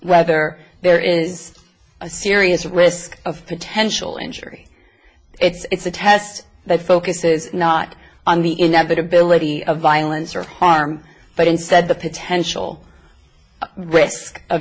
whether there is a serious risk of potential injury it's a test that focuses not on the inevitability of violence or harm but instead the potential risk of